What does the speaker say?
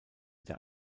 der